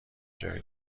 جای